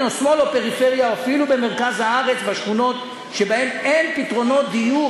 או שמאל או פריפריה או אפילו במרכז הארץ בשכונות שאין בהן פתרונות דיור.